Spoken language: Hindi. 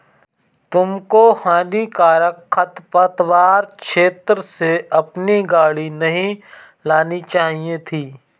तुमको हानिकारक खरपतवार क्षेत्र से अपनी गाड़ी नहीं लानी चाहिए थी